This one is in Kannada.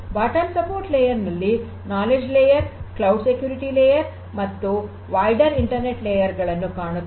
ಬಾಟಮ್ ಸಪೋರ್ಟ್ ಲೇಯರ್ ನಲ್ಲಿ knowledge layer cloud security layer ಮತ್ತು ವೈಡರ್ ಇಂಟರ್ನೆಟ್ ಲೇಯರ್ ಗಳನ್ನು ಕಾಣುತ್ತೇವೆ